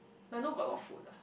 but I know got a lot of food lah